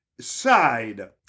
side